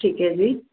ਠੀਕ ਹੈ ਜੀ